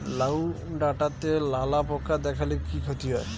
লাউ ডাটাতে লালা পোকা দেখালে কি ক্ষতি হয়?